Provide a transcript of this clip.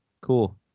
Cool